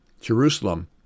Jerusalem